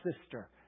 sister